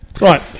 Right